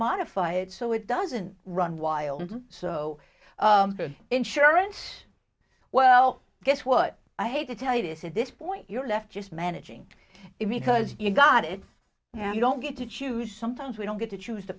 modify it so it doesn't run wild so insurance well guess what i hate to tell you this at this point you're left just managing it because you got it you don't get to choose sometimes we don't get to choose the